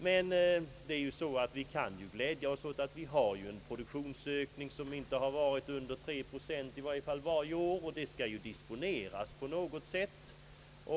Men vi kan glädja oss åt att vi har en produktionsökning som i varje fall inte va rit under tre procent om året, och den skall ju disponeras på något sätt.